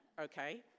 okay